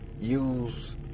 use